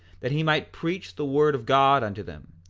that he might preach the word of god unto them,